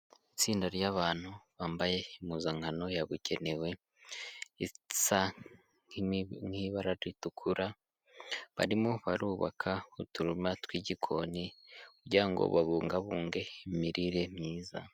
Itsinda ry'abantu bambaye impuzankano yabugenewe, isa nk'ibara ritukura barimo barubaka uturuma twigikoni kugira ngo babungabunge imirire myiza.